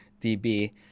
dB